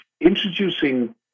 introducing